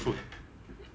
okay 我 after